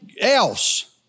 else